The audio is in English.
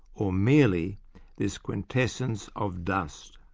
or merely this quintessence of dust?